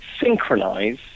synchronize